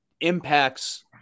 impacts